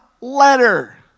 letter